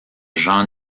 jean